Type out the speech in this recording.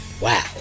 Wow